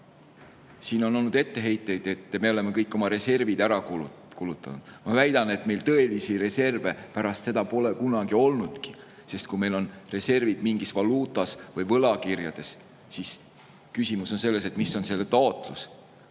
Siin on olnud etteheiteid, et me oleme kõik oma reservid ära kulutanud. Ma väidan, et meil tõelisi reserve pärast seda pole kunagi olnudki. Kui meil on reservid mingis valuutas või võlakirjades, siis küsimus on selles, mis on see tootlus